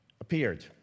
appeared